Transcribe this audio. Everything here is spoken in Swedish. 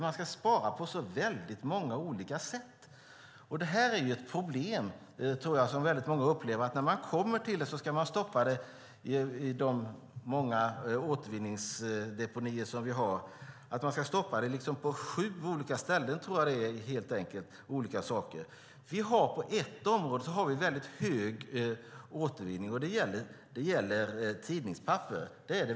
Man ska spara på så många olika sätt. Ett problem som jag tror att många upplever är att man, när man kommer till en avfallsdeponi, ska stoppa avfallet i jag tror att det är sju olika tunnor. På ett område är dock återvinningen mycket hög, nämligen vad gäller tidningspapper.